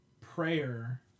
prayer